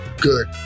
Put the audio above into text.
good